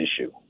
issue